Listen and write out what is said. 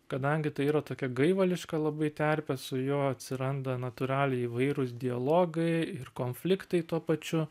kadangi tai yra tokia gaivališka labai terpė su juo atsiranda natūraliai įvairūs dialogai ir konfliktai tuo pačiu